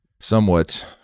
Somewhat